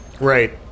Right